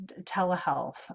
telehealth